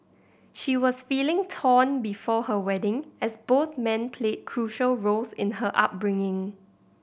she was feeling torn before her wedding as both men played crucial roles in her upbringing